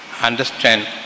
Understand